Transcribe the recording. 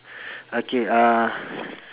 okay uh